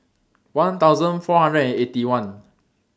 one thousand four hundred and Eighty One